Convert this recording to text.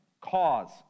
cause